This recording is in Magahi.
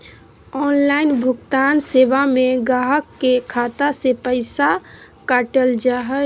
ऑनलाइन भुगतान सेवा में गाहक के खाता से पैसा काटल जा हइ